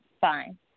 fine